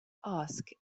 ask